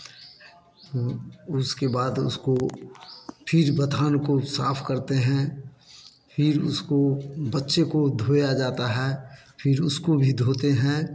उसके बाद उसको फिर बथान को साफ़ करते है फिर उसको बच्चे को धोया जाता है फिर उसको भी धोते हैं